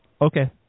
Okay